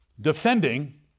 defending